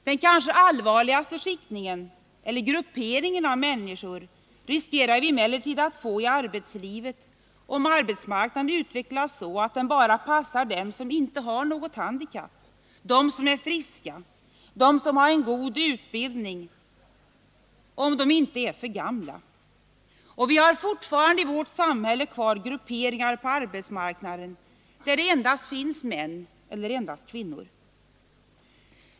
Den kanske allvarligaste skiktningen, eller grupperingen av människor, riskerar vi emellertid att få i arbetslivet om arbetsmarknaden utvecklas så, att den bara passar dem som inte har något handikapp, dem som är friska, dem som har en god utbildning och inte är för gamla. Vi har fortfarande i vårt samhälle kvar grupperingar på arbetsmarknaden där det endast finns män eller endast kvinnor.